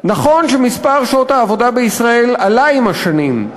נכון שמספר שעות העבודה בישראל עלה עם השנים,